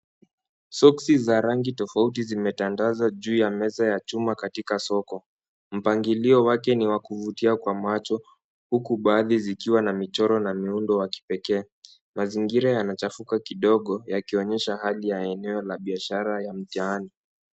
Soksi za rangi tofauti zimetandazwa juu ya meza ya chuma katika soko. Mpangilio wake ni wa kuvutia kwa macho, huku baadhi zikiwa na michoro na miundo wa kipekee. Mazingira yanachafuka kidogo yakionyesha hali ya eneo la biashara ya mtaani.